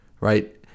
right